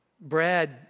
Brad